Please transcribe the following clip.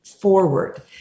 forward